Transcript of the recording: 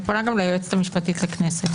ואני פונה גם ליועצת המשפטית לכנסת